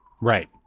right